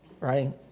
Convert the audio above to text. right